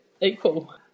equal